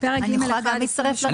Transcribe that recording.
אני יכולה להצטרף לרוויזיה?